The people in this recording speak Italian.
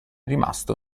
rimasto